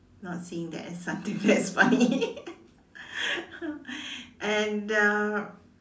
not seeing that as something that is funny and uh